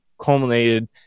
Culminated